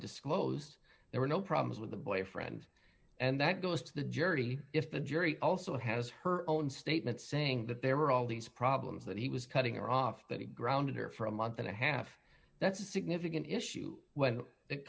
disclosed there were no problems with the boyfriend and that goes to the jury if the jury also has her own statement saying that there were all these problems that he was cutting her off that he grounded her for a month and a half that's a significant issue when it